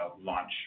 launch